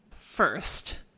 first